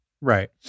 Right